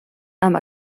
amb